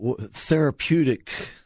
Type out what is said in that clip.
therapeutic